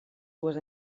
dues